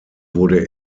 wurde